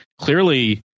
clearly